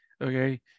okay